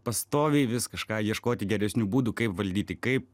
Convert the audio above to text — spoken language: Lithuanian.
pastoviai vis kažką ieškoti geresnių būdų kaip valdyti kaip